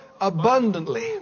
abundantly